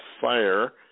fire